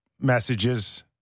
messages